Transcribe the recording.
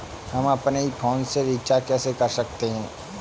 हम अपने ही फोन से रिचार्ज कैसे कर सकते हैं?